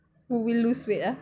who will lose weight ah